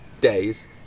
days